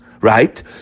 right